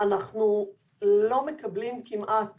אנחנו לא מקבלים כמעט